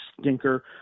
stinker